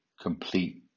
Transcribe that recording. complete